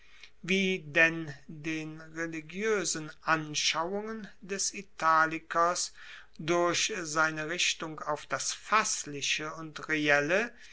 wie denn den religioesen anschauungen des italikers durch seine richtung auf das fassliche und reelle